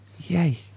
yay